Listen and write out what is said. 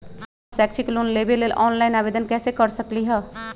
हम शैक्षिक लोन लेबे लेल ऑनलाइन आवेदन कैसे कर सकली ह?